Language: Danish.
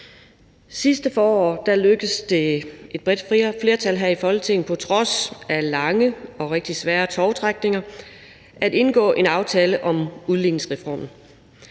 Sidste forår lykkedes det et bredt flertal her i Folketinget, på trods af lange og rigtig svære tovtrækkerier, at indgå en aftale om udligningsreformen.